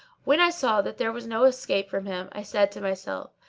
when i saw that there was no escape from him i said to myself,